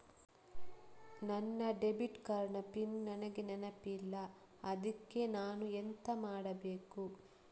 ನನ್ನ debit card ನ PIN ನನಗೆ ನೆನಪಿಲ್ಲ ಅದ್ಕೆ ನಾನು ಎಂತ ಮಾಡಬೇಕು?